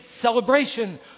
celebration